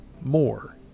more